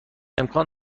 امکان